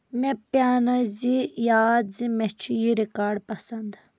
مےٚ پیانٲۍ زِ یاد زِ مےٚ چھُ یہِ رِیکاڈ پسنٛد